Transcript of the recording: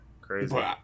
crazy